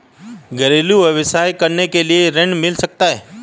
घरेलू व्यवसाय करने के लिए ऋण मिल सकता है?